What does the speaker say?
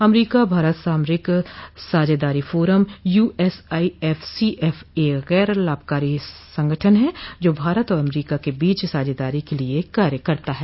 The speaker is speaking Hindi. अमरीका भारत सामरिक साझेदारी फोरम यूएसआईएफसीएफ एक गैर लाभकारी संगठन है जो भारत और अमरीका के बीच साझेदारी के लिए कार्य करता है